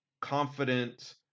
confident